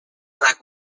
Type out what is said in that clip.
black